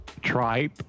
Tripe